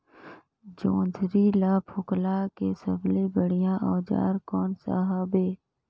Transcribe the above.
जोंदरी ला फोकला के सबले बढ़िया औजार कोन सा हवे?